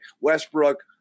Westbrook